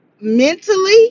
mentally